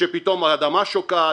שפתאום האדמה שוקעת.